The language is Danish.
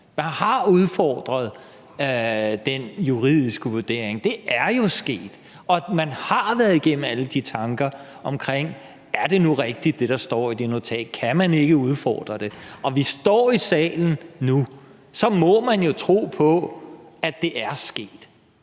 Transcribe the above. man har udfordret den juridiske vurdering, det er jo sket, og man har været igennem alle de tanker om, om det, der står i det notat, nu er rigtigt, og om man ikke kan udfordre det – og vi står i salen nu, så må man jo tro på, at det er sket.